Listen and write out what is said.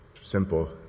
simple